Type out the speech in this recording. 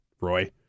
Roy